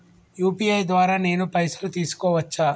UPI ద్వారా నేను పైసలు తీసుకోవచ్చా?